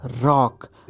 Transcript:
rock